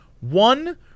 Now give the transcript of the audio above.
One